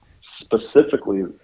specifically